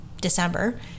December